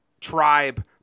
tribe